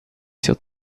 seu